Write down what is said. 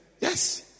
Yes